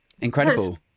Incredible